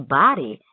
body